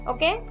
Okay